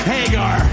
Hagar